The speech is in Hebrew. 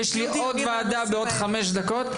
יש עוד דיון בעוד חמש דקות.